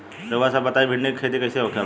रउआ सभ बताई भिंडी क खेती कईसे होखेला?